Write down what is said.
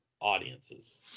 audiences